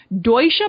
Deutsche